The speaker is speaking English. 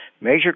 major